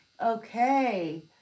Okay